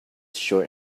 short